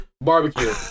barbecue